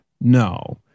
No